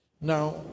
Now